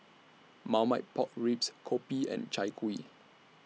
Marmite Pork Ribs Kopi and Chai Kuih